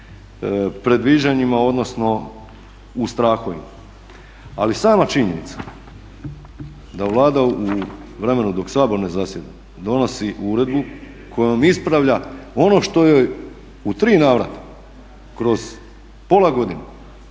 predviđanjima odnosno u strahovima. Ali sama činjenica da Vlada u vremenu dok Sabor ne zasjeda donosi uredbu kojom ispravlja ono što joj u tri navrata kroz pola godine